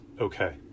okay